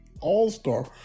All-Star